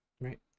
right